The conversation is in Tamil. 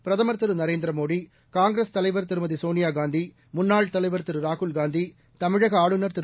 பிரதமா் திரு நரேந்திரமோடி காங்கிரஸ் தலைவர் திருமதி சோனியா காந்தி முன்னாள் தலைவர் திரு ராகுல்காந்தி தமிழக ஆளுநர் திரு